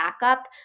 backup